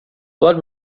blood